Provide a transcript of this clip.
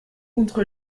contre